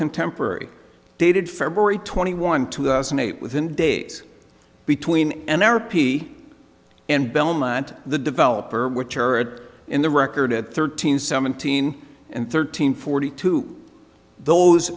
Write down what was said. contemporary dated february twenty one two thousand and eight within days between an r p and belmont the developer were turret in the record at thirteen seventeen and thirteen forty two those